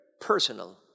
personal